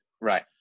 Right